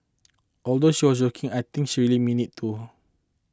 although she was joking I think she really meant it too